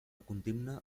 condemna